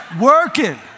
working